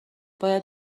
باید